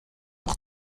pour